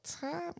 time